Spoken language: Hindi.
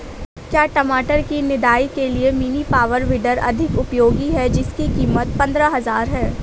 क्या टमाटर की निदाई के लिए मिनी पावर वीडर अधिक उपयोगी है जिसकी कीमत पंद्रह हजार है?